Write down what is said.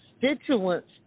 constituents